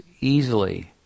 easily